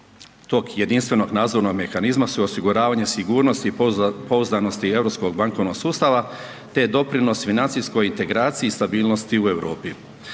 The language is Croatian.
tog jedinstvenog nadzornog mehanizma su osiguravanje sigurnosti i pouzdanosti europskog bankovnog sustava te doprinos financijskoj integraciji i stabilnosti u Europi.